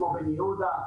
כמו בן יהודה,